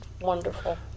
Wonderful